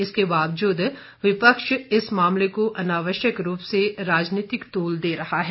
इसके बावजूद विपक्ष इस मामले को अनावश्यक रूप से राजनीतिक तूल दे रहा है